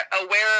aware